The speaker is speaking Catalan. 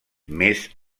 més